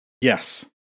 Yes